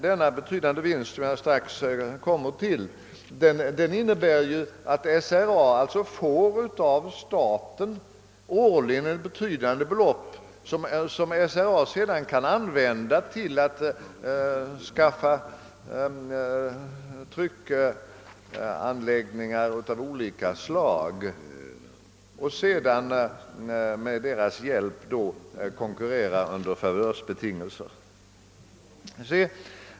Denna betydande vinst, som jag strax skall gå närmare in på, innebär att SRA av staten årligen erhåller ett betydande belopp som SRA sedan kan använda till att anskaffa tryckerianläggningar av olika slag och med hjälp av dem konkurrera under favörsbetingelser.